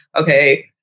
okay